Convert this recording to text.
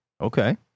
Okay